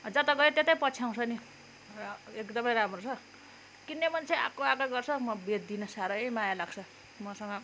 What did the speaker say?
जता गयो त्यतै पछ्याउँछ नि र एकदमै राम्रो छ किन्ने मन्छे आएको आएकै गर्छ म बेच्दिनँ साह्रै माया लाग्छ मसँग